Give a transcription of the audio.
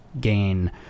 gain